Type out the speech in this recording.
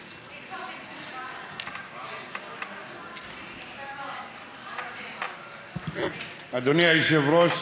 700. אדוני היושב-ראש,